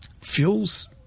Fuels